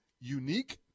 Unique